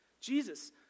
Jesus